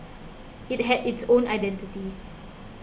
it had its own identity